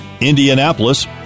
Indianapolis